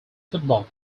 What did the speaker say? football